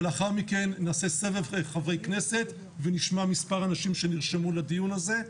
ולאחר מכן נעשה סבב חברי כנסת ונשמע מספר אנשים שנרשמו לדיון הזה.